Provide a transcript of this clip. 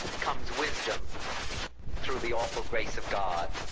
comes wisdom through the awful grace of god